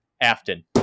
Afton